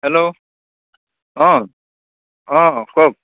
hello অঁ অঁ কওক